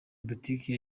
boutique